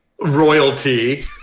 royalty